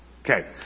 Okay